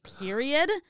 period